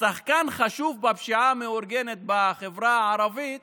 ששחקן חשוב בפשיעה המאורגנת בחברה הערבית